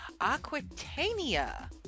Aquitania